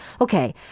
okay